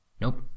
Nope